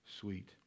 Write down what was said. sweet